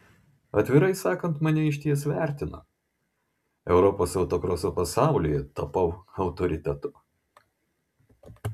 atvirai sakant mane išties vertina europos autokroso pasaulyje tapau autoritetu